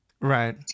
right